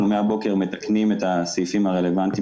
אנחנו מהבוקר מתקנים את הסעיפים הרלוונטיים